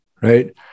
right